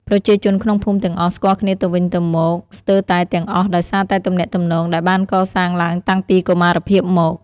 ប្រជាជនក្នុងភូមិទាំងអស់ស្គាល់គ្នាទៅវិញទៅមកស្ទើរតែទាំងអស់ដោយសារតែទំនាក់ទំនងដែលបានកសាងឡើងតាំងពីកុមារភាពមក។